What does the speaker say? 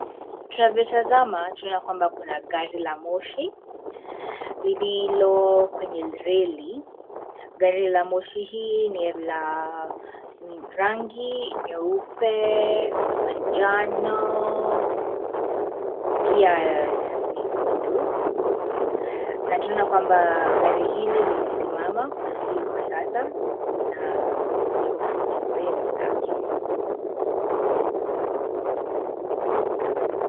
Tunavyotazama tunaona kwamba kuna gari la moshi lililo kwenye reli . Gari la moshi hii ni la rangi nyeupe, manjano, pia nyekundu. Na tunaona kwamba gari hili limesimama kwa sasa, na liko kwenye reli lake.